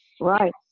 Right